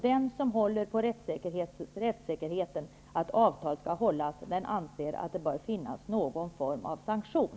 Den som håller på rättssäkerheten, att avtal skall hållas, anser att det bör finnas någon form av sanktion.